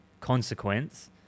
consequence